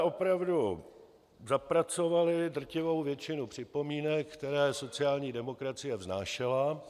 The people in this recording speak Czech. My jsme opravdu zapracovali drtivou většinu připomínek, které sociální demokracie vznášela.